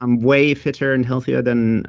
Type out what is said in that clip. i'm way fitter and healthier than